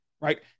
right